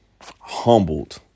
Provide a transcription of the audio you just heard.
Humbled